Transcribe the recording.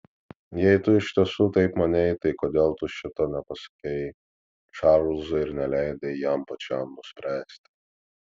jei tu iš tiesų taip manei tai kodėl tu šito nepasakei čarlzui ir neleidai jam pačiam nuspręsti